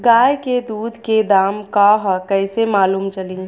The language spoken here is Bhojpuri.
गाय के दूध के दाम का ह कइसे मालूम चली?